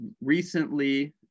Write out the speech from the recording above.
Recently